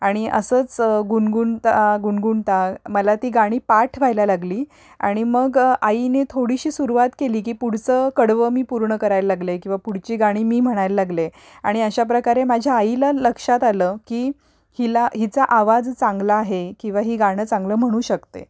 आणि असंच गुणगुणता गुणगुणता मला ती गाणी पाठ व्हायला लागली आणि मग आईने थोडीशी सुरुवात केली की पुढचं कडवं मी पूर्ण करायला लागले किंवा पुढची गाणी मी म्हणायला लागले आणि अशाप्रकारे माझ्या आईला लक्षात आलं की हिला हिचा आवाज चांगला आहे किंवा ही गाणं चांगलं म्हणू शकते